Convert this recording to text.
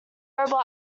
robot